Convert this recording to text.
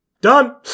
done